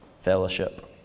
fellowship